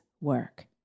work